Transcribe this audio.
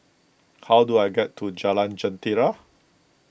how do I get to Jalan Jentera